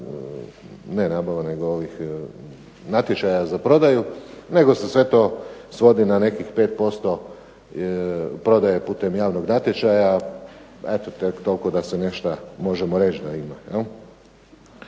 nema niti javnih natječaja za prodaju nego se sve to svodi na nekih 5% prodaje putem javnog natječaja, eto tek toliko da nešto možemo reći da ima.